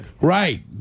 Right